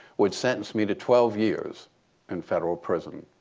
which sentenced me to twelve years in federal prison.